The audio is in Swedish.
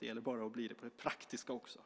Det gäller bara att bli det på det praktiska också.